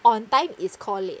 on time is called late